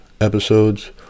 episodes